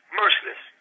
merciless